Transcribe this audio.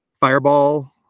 Fireball